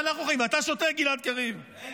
-- הגוף הנחקר זה הממשלה, לא